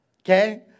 Okay